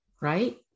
right